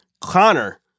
Connor